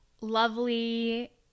lovely